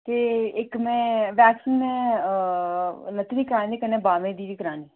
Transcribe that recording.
ते इक में वैक्सिंग लत्तें दी करानी ते कन्नै बाह्मां दी बी करानी